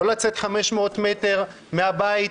לא לצאת 500 מטר מהבית,